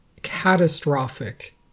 Catastrophic